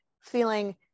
feeling